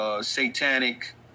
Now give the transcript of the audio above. Satanic